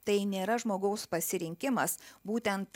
tai nėra žmogaus pasirinkimas būtent